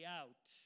out